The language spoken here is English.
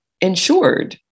insured